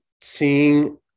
seeing